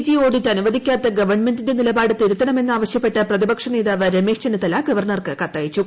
G audit അനുവദിക്കാത്ത ഗവൺമെന്റിന്റെ നിലപാട് തിരുത്തണമെന്നാവശ്യപ്പെട്ട് പ്രതിപക്ഷ നേതാവ് ർമേശ് ചെന്നിത്തല ഗവർണർക്ക് കത്തയച്ചു